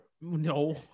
No